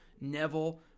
Neville